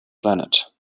planet